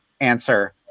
answer